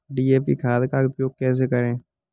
DAP खाद का उपयोग कैसे करें?